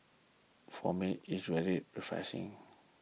for me it's really refreshing